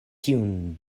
tiun